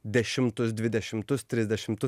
dešimtus dvidešimtus trisdešimtus